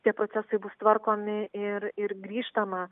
tie procesai bus tvarkomi ir ir grįžtama